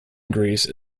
greece